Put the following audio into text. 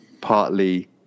partly